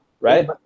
right